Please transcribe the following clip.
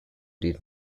did